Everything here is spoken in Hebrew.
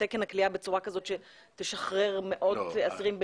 תקן הכליאה בצורה כזאת שתשחרר מאות אסירים,